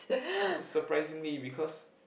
surprisingly because